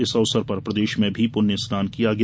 इस अवसर पर प्रदेष में भी पूण्य स्नान किया गया